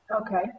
Okay